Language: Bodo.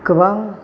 गोबां